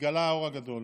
התגלה האור הגדול.